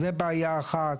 זאת בעיה אחת.